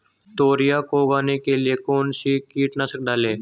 तोरियां को उगाने के लिये कौन सी कीटनाशक डालें?